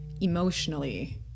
emotionally